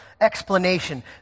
explanation